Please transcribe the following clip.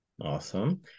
Awesome